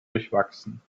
durchwachsen